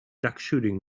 duckshooting